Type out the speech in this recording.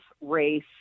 race